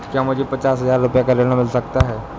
क्या मुझे पचास हजार रूपए ऋण मिल सकता है?